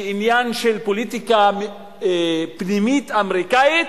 כעניין של פוליטיקה פנימית אמריקנית,